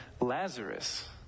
Lazarus